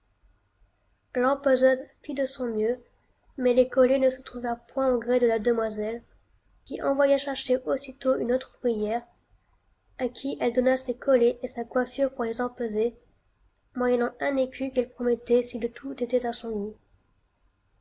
l'empeseuse fit de son mieux mais les collets ne se trouvèrent point au gré de la demoiselle qui envoya chercher aussitôt une autre ouvrière à qui elle donna ses collets et sa coiffure pour les empeser moyennant un écu qu'elle promettait si le tout était à son goût